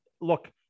look